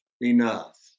enough